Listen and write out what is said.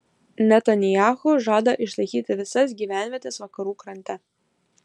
netanyahu žada išlaikyti visas gyvenvietes vakarų krante